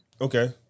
Okay